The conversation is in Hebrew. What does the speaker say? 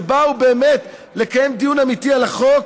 שבאו באמת לקיים דיון אמיתי על החוק,